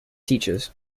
teachers